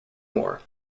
war